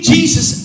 Jesus